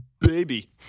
baby